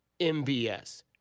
MBS